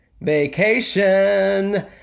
vacation